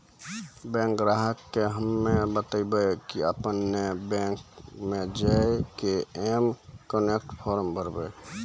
bank ग्राहक के हम्मे बतायब की आपने ने बैंक मे जय के एम कनेक्ट फॉर्म भरबऽ